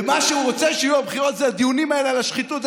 ועל מה שהוא רוצה שיהיו הבחירות זה הדיונים האלה על השחיתות.